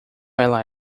ela